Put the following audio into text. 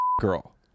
girl